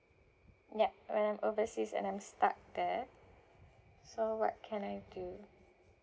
yup when I'm overseas and I'm stuck there so what can I do